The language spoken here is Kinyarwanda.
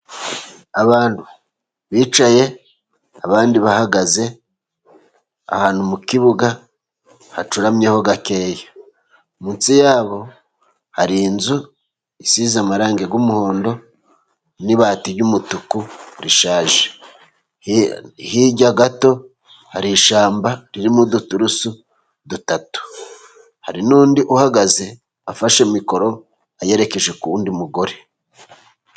Abantu bicaye, abandi bahagaze ahantu mu kibuga hacuramye ho gakeya. Munsi yabo hari inzu isize amarangi y'umuhondo, n'ibati ry'umutuku rishaje. Hirya gato hari ishyamba ririmo uduturusu dutatu. Hari n'undi uhagaze, afashe mikoro ayerekeje ku wundi mugore.